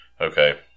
okay